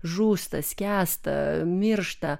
žūsta skęsta miršta